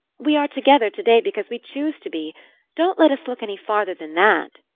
we are together to-day because we choose to be don't let us look any farther than that!